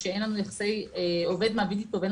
כשאין לנו יחסי עובד-מעביד אתו ואין